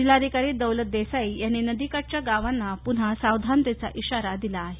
जिल्हाधिकारी दौलत देसाई यांनी नदीकाठच्या गावांना पुन्हा सावधानतेचा इशारा दिला आहे